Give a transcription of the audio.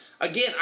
Again